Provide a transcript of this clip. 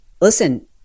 listen